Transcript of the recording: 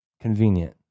Convenient